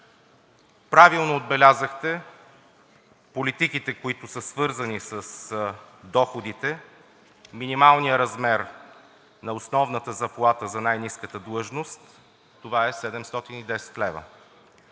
Правилно отбелязахте политиките, които са свързани с доходите: минималният размер на основната заплата за най-ниската длъжност, това е 710 лв.;